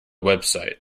website